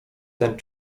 ten